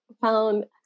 found